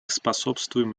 способствуем